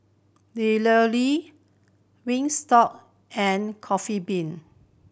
Wingstop and Coffee Bean